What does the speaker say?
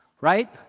right